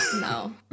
No